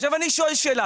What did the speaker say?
אני שואל שאלה.